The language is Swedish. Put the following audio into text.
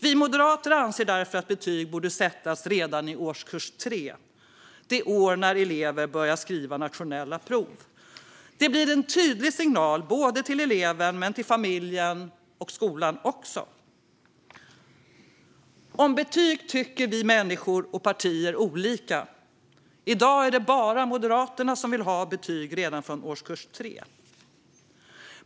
Vi moderater anser därför att betyg borde sättas redan i årskurs 3, det år då elever börjar skriva nationella prov. Det blir en tydlig signal, till eleven men också till familjen och skolan. Om betyg tycker vi människor och partier olika. I dag är det bara Moderaterna som vill ha betyg redan från årskurs 3.